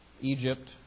Egypt